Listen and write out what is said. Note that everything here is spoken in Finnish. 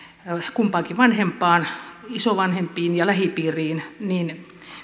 kumpaankin vanhempaan isovanhempiin ja lähipiiriin niin